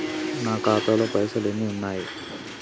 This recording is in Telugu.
నా ఖాతాలో పైసలు ఎన్ని ఉన్నాయి?